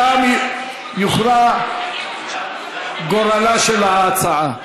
שם יוכרע גורלה של ההצעה.